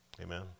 Amen